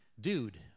dude